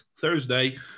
Thursday